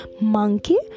monkey